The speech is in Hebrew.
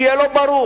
שיהיה לו ברור,